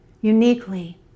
Uniquely